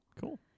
Cool